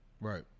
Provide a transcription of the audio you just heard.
Right